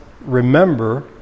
remember